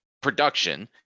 production